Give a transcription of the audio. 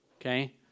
okay